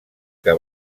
que